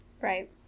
Right